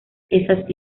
esas